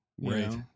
Right